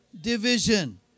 division